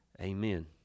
Amen